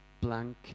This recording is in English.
blank